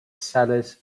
sellers